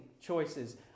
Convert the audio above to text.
choices